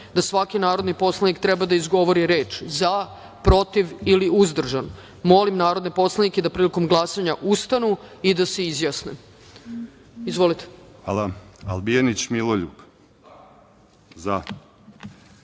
da svaki narodni poslanik treba da izgovori reč „za“, „protiv“ ili „uzdržan“.Molim narodne poslanike da prilikom glasanja ustanu i da se izjasne. Izvolite. **Srđan Smiljanić**